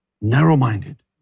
narrow-minded